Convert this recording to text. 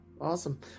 awesome